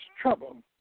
trouble